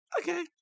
Okay